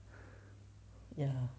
ya